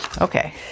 okay